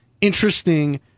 interesting